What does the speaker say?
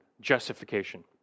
justification